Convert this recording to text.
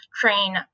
train